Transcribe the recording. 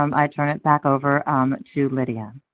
um i turn it back over um to lydia.